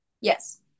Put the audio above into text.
yes